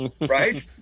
right